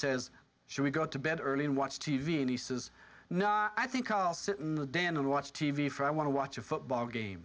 says should we go to bed early and watch t v and he says no i think i'll sit in the dan and watch t v for i want to watch a football game